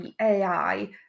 AI